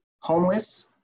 homeless